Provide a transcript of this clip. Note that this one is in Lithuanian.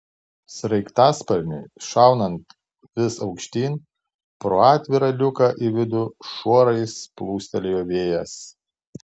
sraigtasparniui šaunant vis aukštyn pro atvirą liuką į vidų šuorais plūstelėjo vėjas